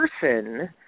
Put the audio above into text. person